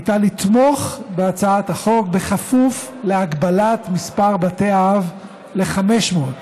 הייתה לתמוך בהצעת החוק בכפוף להגבלת מספר בתי האב ל-500,